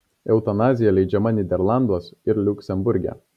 eutanazija leidžiama nyderlanduos ir liuksemburge